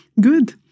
Good